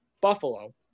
Buffalo